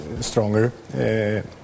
stronger